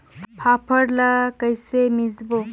फाफण ला कइसे मिसबो?